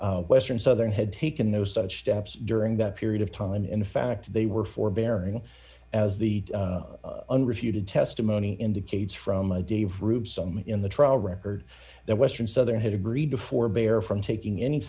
western southern had taken no such steps during that period of time in fact they were forbearing as the unrefuted testimony indicates from a dave roots some in the trial record that western southern had agreed to forbear from taking any